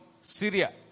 Syria